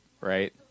right